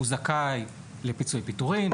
הוא זכאי לפיצויי פיטורין,